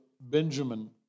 Benjamin